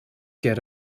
get